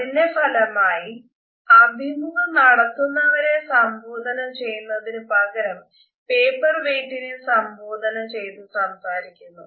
അതിന്റെ ഫലമായി അഭിമുഖം നടത്തുന്നവരെ സംബോധന ചെയ്യുന്നതിന് പകരം പേപ്പർവെയ്റ്റിനെ സംബോധന ചെയ്തു സംസാരിക്കുന്നു